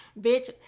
bitch